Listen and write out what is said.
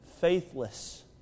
Faithless